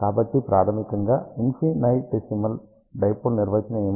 కాబట్టి ప్రాథమికంగా infinitesimal dipole నిర్వచనం ఏమిటి